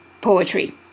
poetry